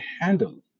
handle